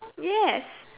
yes